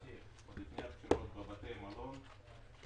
סיירתי לפני הבחירות בבתי מלון,